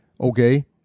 Okay